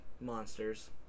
monsters